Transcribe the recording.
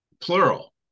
plural